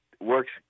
works